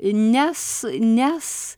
nes nes